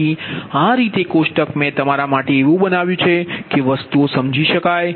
તેથી આ રીતે કોષ્ટક મેં તમારા માટે એવું બનાવ્યું છે કે વસ્તુઓ સમજી શકાય